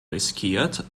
riskiert